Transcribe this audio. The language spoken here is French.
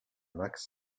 max